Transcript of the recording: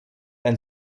ein